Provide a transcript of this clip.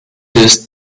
des